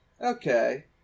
Okay